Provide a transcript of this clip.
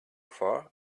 far